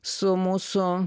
su mūsų